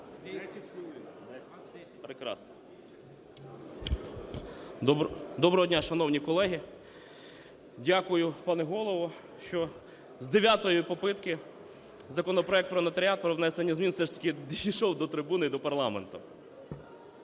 Доброго дня, шановні колеги! Дякую, пане Голово, що з дев'ятої попытки законопроект про нотаріат про внесення змін все ж таки дійшов до трибуни і до парламенту.